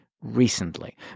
recently